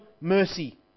mercy